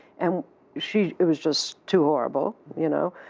and she it was just too horrible, you know?